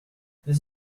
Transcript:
this